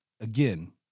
Again